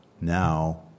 now